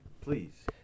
Please